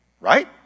right